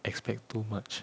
expect too much